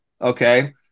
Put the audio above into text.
Okay